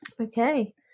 Okay